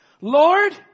Lord